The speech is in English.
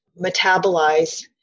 metabolize